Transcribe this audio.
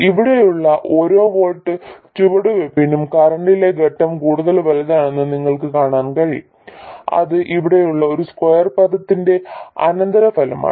ഇവിടെയുള്ള ഓരോ വോൾട്ട് ചുവടുവെപ്പിനും കറന്റിലെ ഘട്ടം കൂടുതൽ വലുതാണെന്ന് നിങ്ങൾക്ക് കാണാൻ കഴിയും അത് ഇവിടെയുള്ള ഈ സ്ക്വയർ പദത്തിന്റെ അനന്തരഫലമാണ്